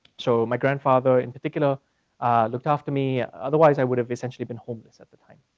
so my grandfather in particular looked after me, otherwise, i would have essentially been homeless at the time.